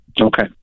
Okay